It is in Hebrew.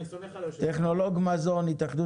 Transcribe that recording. פיקובסקי, טכנולוג מזון, התאחדות